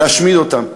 ולהשמיד אותם.